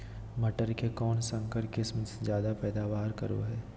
मटर के कौन संकर किस्म जायदा पैदावार करो है?